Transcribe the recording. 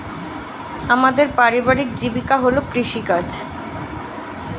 আমাদের পারিবারিক জীবিকা হল কৃষিকাজ